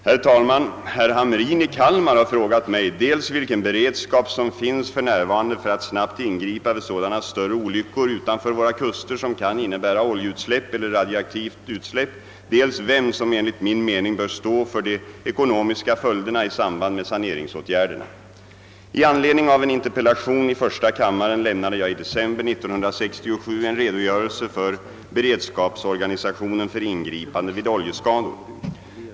Herr talman! Herr Hamrin i Kalmar har frågat mig dels vilken beredskap som finns f. n. för att snabbt ingripa vid sådana större olyckor utanför våra kuster som kan innebära oljeutsläpp eller radioaktivt utsläpp, dels vem som enligt min mening bör stå för de ekonomiska följderna i samband med saneringsåtgärderna. I anledning av en interpellation i första kammaren lämnade jag i december 1967 en redogörelse för beredskapsorganisationen för ingripande vid oljeskador.